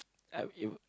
I it would